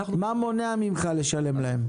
מה מונע ממך לשלם להם?